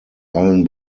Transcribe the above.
allen